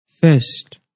First